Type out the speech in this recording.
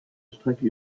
strecke